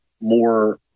more